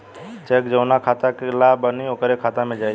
check जौना के खाता ला बनी ओकरे खाता मे जाई